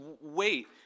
wait